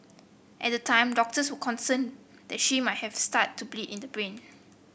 at the time doctors were concerned that she might have start to bleed in the brain